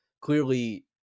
Clearly